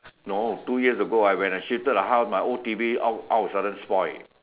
no two years ago I when I shifted the house my old all all of the sudden spoil